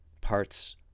parts